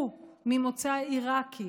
הוא, ממוצא עיראקי,